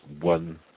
one